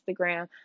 Instagram